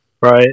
right